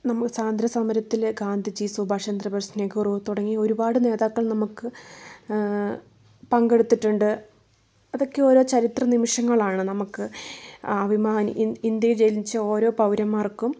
നമുക്ക് സ്വതന്ത്ര സമരത്തിൽ ഗാന്ധിജി സുഭാഷ് ചന്ദ്രബോസ് നെഹ്റു തുടങ്ങിയ ഒരുപാട് നേതാക്കൾ നമുക്ക് പങ്കെടുത്തിട്ടുണ്ട് അതൊക്കെ ഓരോ ചരിത്ര നിമിഷങ്ങളാണ് നമുക്ക് അഭിമാനി ഇന്ത്യയിൽ ജനിച്ച ഓരോ പൗരന്മാർക്കും